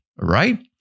right